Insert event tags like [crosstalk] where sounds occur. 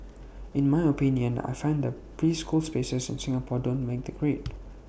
in my opinion I find that preschool spaces in Singapore don't make the grade [noise]